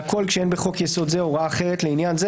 והכל כשאין בחוק יסוד זה הוראה אחרת לעניין זה.